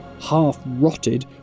half-rotted